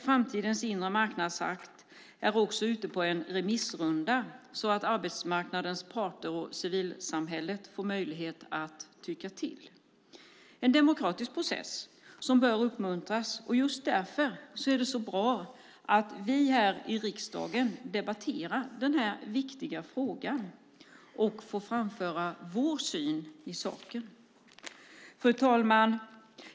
Framtidens inre marknadsakt är också ute på en remissrunda så att arbetsmarknadens parter och civilsamhället får möjlighet att tycka till. Det är en demokratisk process som bör uppmuntras. Just därför är det så bra att vi här i riksdagen debatterar den här viktiga frågan och får framföra vår syn på saken. Fru talman!